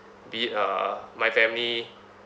be it uh my family